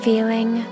Feeling